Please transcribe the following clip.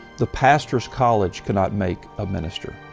the pastors' college cannot make a minister.